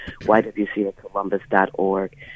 ywcacolumbus.org